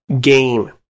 game